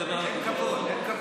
בסניפים וגם במחנות הקיץ,